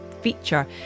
feature